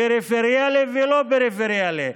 פריפריאלי ולא פריפריאלי.